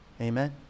Amen